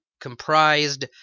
comprised